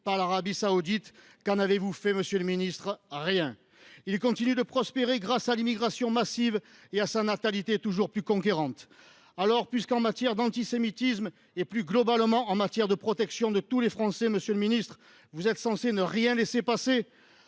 par l’Arabie saoudite. Qu’en avez-vous fait, monsieur le ministre ? Rien. Ils continuent de prospérer grâce à l’immigration massive et à sa natalité toujours plus conquérante. Aussi, puisque, en matière d’antisémitisme et, plus globalement, de protection de tous les Français, vous êtes censé ne rien laisser passer,